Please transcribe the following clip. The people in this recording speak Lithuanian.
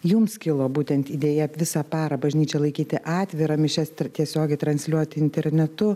jums kilo būtent idėja visą parą bažnyčią laikyti atvirą mišias tiesiogiai transliuoti internetu